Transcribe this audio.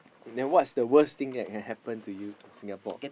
then what's the worst thing that can happen you in Singapore